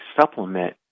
supplement